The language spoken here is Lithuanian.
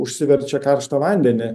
užsiverčia karštą vandenį